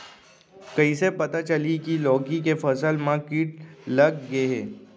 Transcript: कइसे पता चलही की लौकी के फसल मा किट लग गे हे?